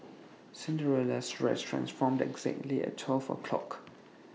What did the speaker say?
Cinderella's dress transformed exactly at twelve o' clock